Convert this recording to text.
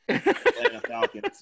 Falcons